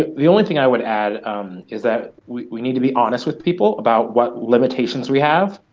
the only thing i would add is that we need to be honest with people about what limitations we have,